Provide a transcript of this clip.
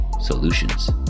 solutions